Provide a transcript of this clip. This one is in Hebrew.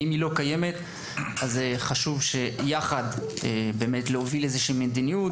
ואם היא לא קיימת אז חשוב שיחד נוביל מדיניות